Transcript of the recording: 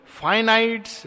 finite